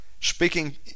speaking